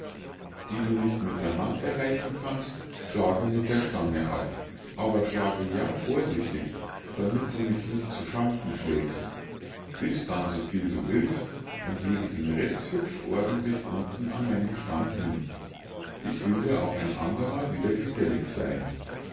die du nicht mit der hand erreichen kannst schlage mit der stange ab aber schlage ja vorsichtig damit du mich nicht zu schanden schlägst iß dann so viel du willst und lege den rest hübsch ordentlich unten an meinen stamm hin ich will dir auch ein andermal wieder gefällig sein